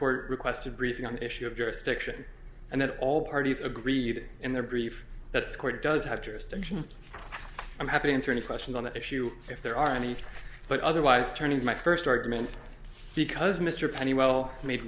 court requested briefing on the issue of jurisdiction and that all parties agreed in their brief that score does have jurisdiction i'm happy to answer any questions on that issue if there are any but otherwise turning in my first argument because mr penny well ma